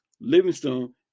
Livingstone